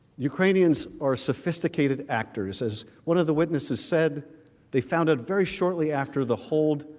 ukrainians are sophisticated actors is one of the witnesses said they found a very shortly after the hold